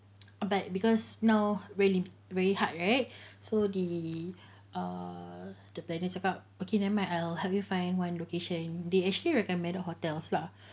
but because now really very hard right so the err dia parents cakap okay never mind I'll help you find one location they actually recommended hotels lah